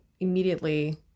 Immediately